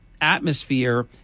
atmosphere